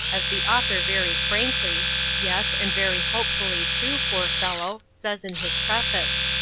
as the author very frankly yes, and very hopefully, too, poor fellow says in his preface.